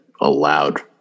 allowed